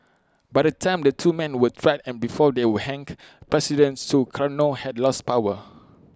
by the time the two men were tried and before they were hanged president Sukarno had lost power